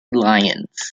lyons